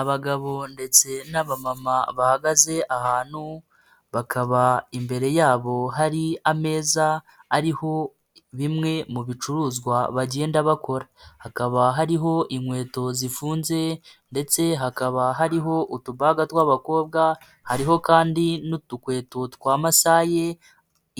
Abagabo ndetse n'abamama bahagaze ahantu bakaba imbere yabo hari ameza ariho bimwe mu bicuruzwa bagenda bakora, hakaba hariho inkweto zifunze ndetse hakaba hariho utubaga tw'abakobwa hariho kandi n'utukweto twa masaye